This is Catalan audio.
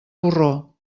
porró